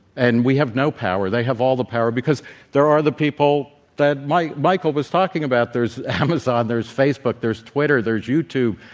and we have no power they have all the power. because there are the people that michael was talking about there's amazon, there's facebook, there's twitter, there's youtube,